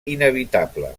inevitable